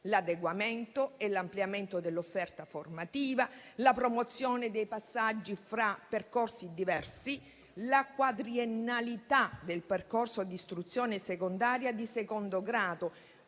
l'adeguamento e l'ampliamento dell'offerta formativa, la promozione dei passaggi fra percorsi diversi, la quadriennalità del percorso di istruzione secondaria di secondo grado,